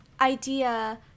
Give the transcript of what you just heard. idea